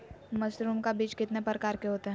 Mushroom का बीज कितने प्रकार के होते है?